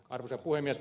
arvoisa puhemies